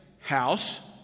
house